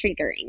triggering